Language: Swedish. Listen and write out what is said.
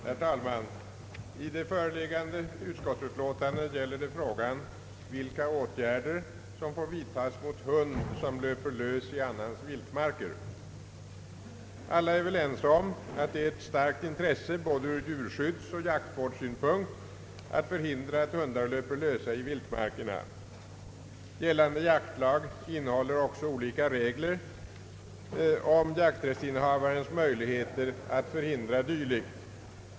Herr talman! Föreliggande utskottsutlåtande gäller frågan vilka åtgärder som får vidtas mot hund som löper lös i annans vildmarker. Alla instämmer väl i att det är ett starkt intresse ur både djurskyddsoch jaktvårdssynpunkt att förhindra att hundar löper lösa i viltmarkerna. Gällande jaktlag innehåller också olika regler om jakträttsinnehavarens möjligheter att förhindra dylikt.